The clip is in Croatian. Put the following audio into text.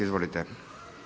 Izvolite.